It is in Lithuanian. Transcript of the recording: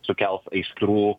sukels aistrų